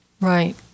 Right